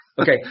Okay